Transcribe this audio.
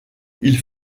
ils